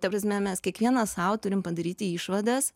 ta prasme mes kiekvienas sau turim padaryti išvadas